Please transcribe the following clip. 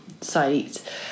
site